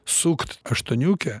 sukt aštuoniukę